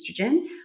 estrogen